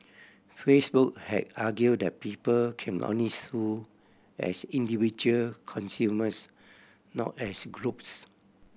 Facebook had argued that people can only sue as individual consumers not as groups